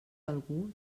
algú